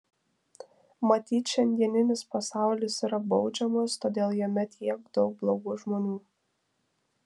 matyt šiandieninis pasaulis yra baudžiamas todėl jame tiek daug blogų žmonių